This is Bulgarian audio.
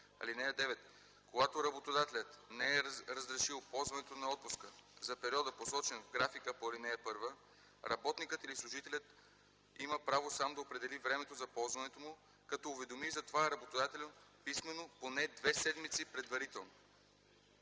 176. (9) Когато работодателят не е разрешил ползването на отпуска за периода, посочен в графика по ал. 1, работникът или служителят има право сам да определи времето за ползването му, като уведоми за това работодателя писмено поне две седмици предварително.”